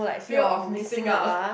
fear of missing out